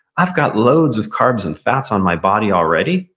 i've got loads of carbs and fats on my body already,